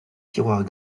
tiroirs